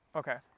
okay